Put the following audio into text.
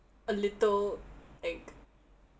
a little like